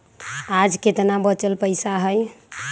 आज केतना बचल बैलेंस हई?